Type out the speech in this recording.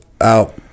out